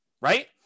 Right